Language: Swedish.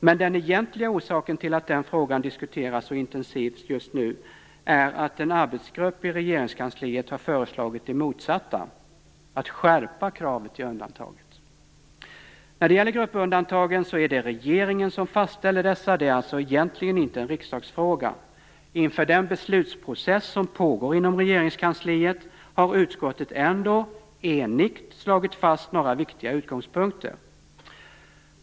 Men den egentliga orsaken till att den frågan diskuteras så intensivt just nu är att en arbetsgrupp i Regeringskansliet har föreslagit det motsatta: att skärpa kravet i undantaget. När det gäller gruppundantagen är det regeringen som fastställer dessa. Det är alltså egentligen inte en riksdagsfråga. Inför den beslutsprocess som pågår inom Regeringskansliet har utskottet ändå - enigt - slagit fast några viktiga utgångspunkter.